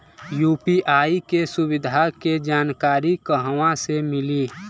UPI के सुविधा के जानकारी कहवा से मिली?